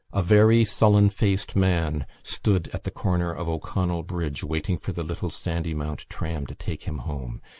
a very sullen-faced man stood at the corner of o'connell bridge waiting for the little sandymount tram to take him home.